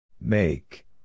Make